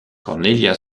cornelia